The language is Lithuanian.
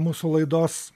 mūsų laidos